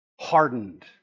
hardened